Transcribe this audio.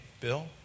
Bill